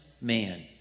man